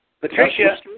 Patricia